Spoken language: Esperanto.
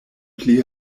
pli